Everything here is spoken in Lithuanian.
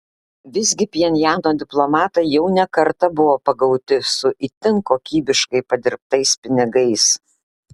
visgi pchenjano diplomatai jau ne kartą buvo pagauti su itin kokybiškai padirbtais pinigais